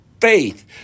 faith